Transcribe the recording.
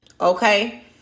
Okay